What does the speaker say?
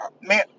Man